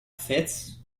fits